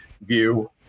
view